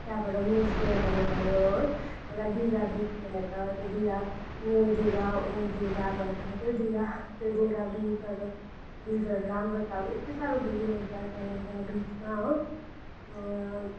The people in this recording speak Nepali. त्यहाँबाट म्युजियमहरू भयो है एउटा दिघा बिच भन्ने छ त्यो दिघा न्यू दिघा ओल्ड दिघा भन्छ त्यो दिघा त्यो दिघा बिचहरू बिचहरू राम्रो छ अब यति साह्रो भिड हुन्छ त्यहाँनिर बिचमा हो